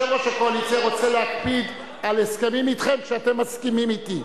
יושב-ראש הקואליציה רוצה להקפיד על הסכמים אתכם שאתם מסכימים אתי.